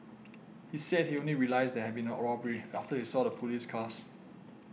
he said he only realised there had been a robbery after he saw the police cars